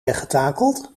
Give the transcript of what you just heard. weggetakeld